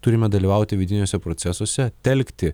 turime dalyvauti vidiniuose procesuose telkti